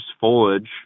foliage